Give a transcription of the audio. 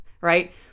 right